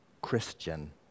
Christian